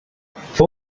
fue